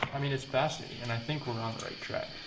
i mean it's fascinating and i think we're on the right track.